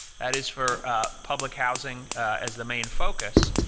that is, for public housing as the main focus,